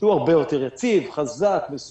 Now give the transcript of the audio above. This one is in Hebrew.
שהוא הרבה יותר יציב, חזק, מסודר,